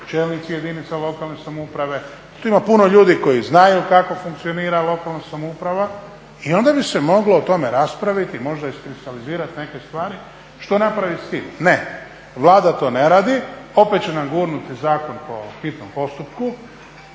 čelnici jedinica lokalne samouprave, tu ima puno ljudi koji znaju kako funkcionira lokalna samouprava i onda bi se moglo o tome raspraviti, možda iskristalizirati neke stvari što napraviti s tim. Ne, Vlada to ne radi, opet će nam gurnuti zakon po hitnom postupku.